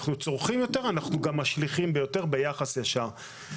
וכשאנחנו צורכים יותר אנחנו גם משליכים יותר ביחס לשאר.